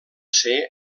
ser